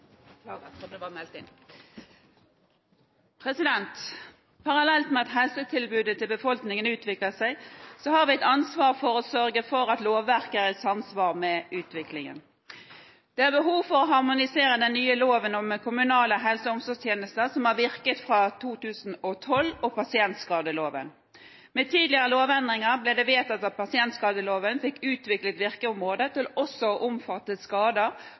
Det er behov for å harmonisere den nye loven om kommunale helse- og omsorgstjenester, som har virket fra 2012, og pasientskadeloven. Med tidligere lovendringer ble det vedtatt at pasientskadeloven fikk utvidet virkeområdet til også å omfatte skader